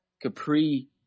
capri